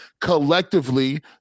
Collectively